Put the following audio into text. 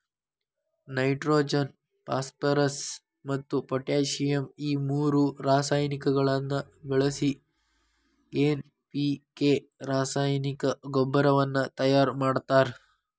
nitrogen phosphorus ಮತ್ತ್ potassium ಈ ಮೂರು ರಾಸಾಯನಿಕಗಳನ್ನ ಬಳಿಸಿ ಎನ್.ಪಿ.ಕೆ ರಾಸಾಯನಿಕ ಗೊಬ್ಬರವನ್ನ ತಯಾರ್ ಮಾಡ್ತಾರ